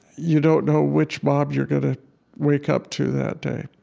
you don't know which mom you're going to wake up to that day.